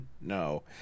No